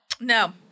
No